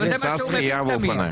ריצה שחייה ואופניים.